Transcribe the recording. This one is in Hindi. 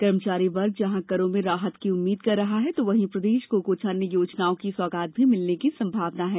कर्मचारी वर्ग जहां करों में राहत की उम्मीद कर रहा है वहीं प्रदेश को कुछ अन्य योजनाओं की सौगात भी मिलने की संभावना है